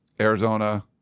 Arizona